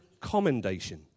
commendation